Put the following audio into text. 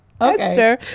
okay